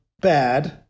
bad